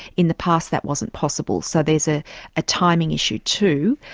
in the past that wasn't possible, so there's a ah timing issue too,